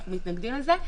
אנחנו מתנגדים לזה.